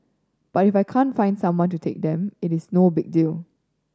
but if I can't find someone to take them it is no big deal